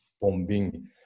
bombing